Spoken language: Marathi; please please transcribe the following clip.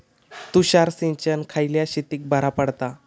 तुषार सिंचन खयल्या शेतीक बरा पडता?